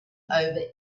over